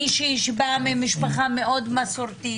מישהי שבאה ממשפחה מאוד מסורתית,